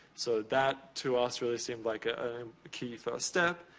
so that, to us, really seemed like a key first step.